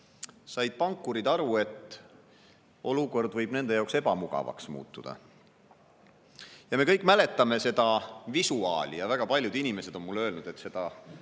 said pankurid aru, et olukord võib nende jaoks ebamugavaks muutuda. Me kõik mäletame seda visuaali, väga paljud inimesed on mulle öelnud, et seda